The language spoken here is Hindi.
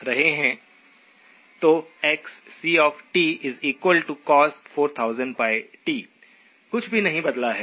तो xccos4000πt कुछ भी नहीं बदला है